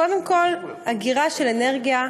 קודם כול, אגירה של אנרגיה,